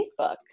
Facebook